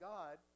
God